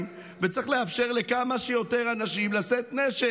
וצריך לאפשר לכמה שיותר אנשים לשאת נשק.